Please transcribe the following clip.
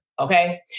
Okay